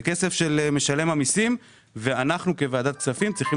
זה כסף של משלם המסים ואנחנו כוועדת הכספים צריכים